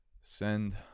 Send